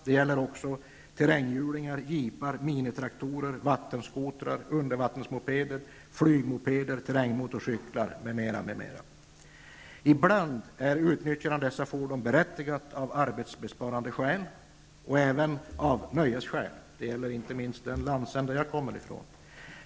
Det gäller också terränghjulingar, jeepar, minitraktorer, vattenskotrar, undervattensmopeder, flygmopeder, terrängmotorcyklar m.m. Ibland är utnyttjandet av dessa fordon berättigat av arbetsbesparande skäl, liksom även av nöjesskäl. Inte minst den landsända varifrån jag kommer är aktuell i detta sammanhang.